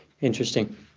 Interesting